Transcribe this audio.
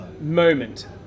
moment